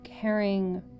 caring